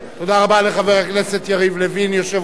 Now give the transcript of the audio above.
תודה רבה לחבר הכנסת יריב לוין, יושב-ראש